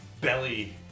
belly